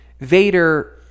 Vader